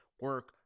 Work